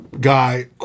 guy